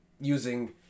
using